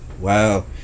wow